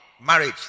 Marriage